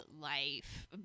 life